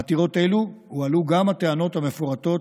בעתירות אלו הועלו גם הטענות המפורטות